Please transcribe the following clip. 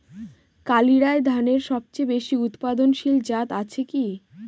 কালিরাই ধানের সবচেয়ে বেশি উৎপাদনশীল জাত আছে কি?